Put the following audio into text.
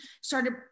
started